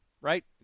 right